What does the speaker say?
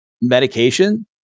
medication